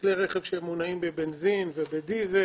לכלי רכב שמונעים בבנזין ובדיזל.